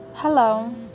Hello